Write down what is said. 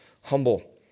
humble